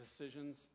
decisions